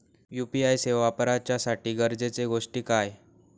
UPI सेवा वापराच्यासाठी गरजेचे गोष्टी काय?